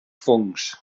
fongs